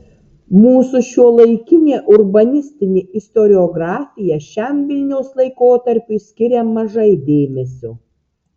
mūsų šiuolaikinė urbanistinė istoriografija šiam vilniaus laikotarpiui skiria mažai dėmesio